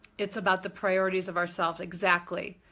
it's about the priorities of ourselves. exactly.